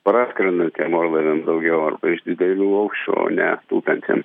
praskrendant tiem orlaiviam daugiau arba iš didelių aukščių o ne tupiantiems